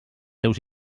seus